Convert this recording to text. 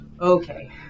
Okay